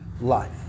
life